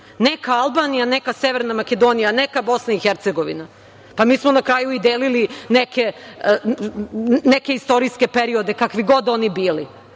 neka Albanija, neka Severna Makedonija, neka Bosna i Hercegovina. Pa, mi smo, na kraju, i delili neke istorijske periode, kakvi god oni bili. Ali,